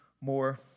more